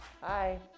Hi